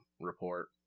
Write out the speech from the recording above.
report